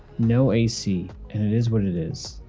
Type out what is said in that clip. no ac and it is what it is.